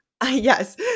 Yes